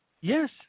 Yes